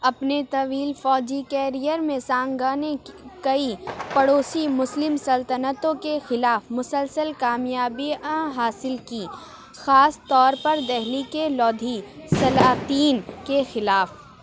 اپنی طویل فوجی کیرئیر میں کئی پڑوسی مسلم سلطنتوں کے خلاف مسلسل کامیابیاں حاصل کیں خاص طور پر دہلی کے لودھی سلاطین کے خلاف